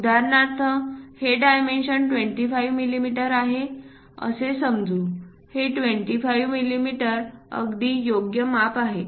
उदाहरणार्थ हे डायमेन्शन 25 मिमी आहे असे समजू हे 25 मिमी अगदी योग्य माप आहे